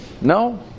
No